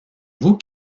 vous